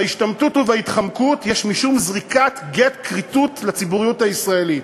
בהשתמטות ובהתחמקות יש משום זריקת גט כריתות לציבוריות הישראלית.